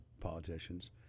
politicians